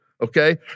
Okay